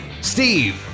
Steve